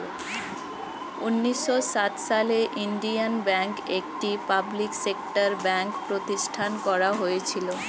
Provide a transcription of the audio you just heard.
উন্নিশো সাত সালে ইন্ডিয়ান ব্যাঙ্ক, একটি পাবলিক সেক্টর ব্যাঙ্ক প্রতিষ্ঠান করা হয়েছিল